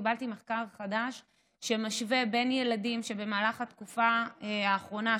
קיבלתי מחקר חדש שמשווה בין ילדים שבמהלך התקופה האחרונה,